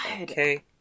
Okay